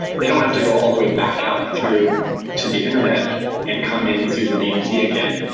they don't have to go all the way back out through to the internet and come into the dmz again.